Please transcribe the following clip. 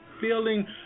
feeling